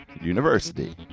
university